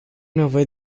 nevoie